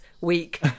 week